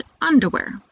underwear